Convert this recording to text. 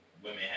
women